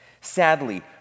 Sadly